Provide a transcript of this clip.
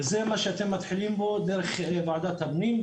וזה מה שאתם מתחילים פה דרך ועדת הפנים.